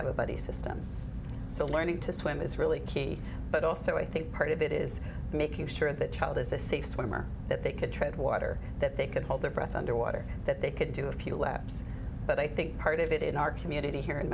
have a buddy system so learning to swim is really key but also i think part of that is making sure the child is a safe swimmer that they could tread water that they could hold their breath underwater that they could do a few laps but i think part of it in our community here in